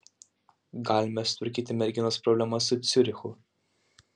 galime sutvarkyti merginos problemas su ciurichu